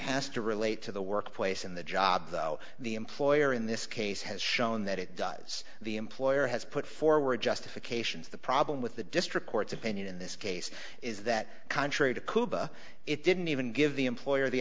has to relate to the workplace and the job though the employer in this case has shown that it does the employer has put forward justifications the problem with the district court's opinion in this case is that contrary to quba it didn't even give the employer the